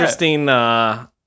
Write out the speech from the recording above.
interesting